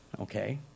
okay